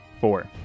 Four